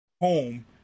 home